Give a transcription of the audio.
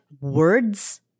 words